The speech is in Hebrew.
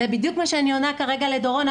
זה בדיוק מה שאני אומרת עכשיו לדורון.